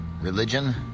religion